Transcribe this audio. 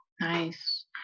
Nice